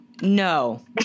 No